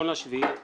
ביולי 2019,